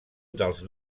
dels